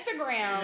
Instagram